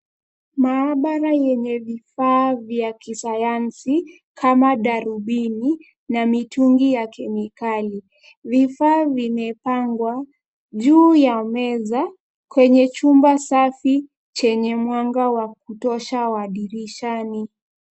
Maabara yenye vifaa vya kisayansi, kama darubini, na mitungi ya kemikali. Vifaa vimepangwa, juu ya meza, kwenye chumba safi, chenye mwanga wa kutosha wa dirishani.